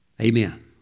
Amen